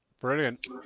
Brilliant